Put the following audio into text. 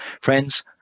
Friends